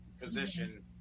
position